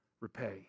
repay